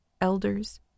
Elders